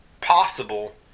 possible